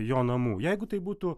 jo namų jeigu tai būtų